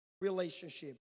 relationship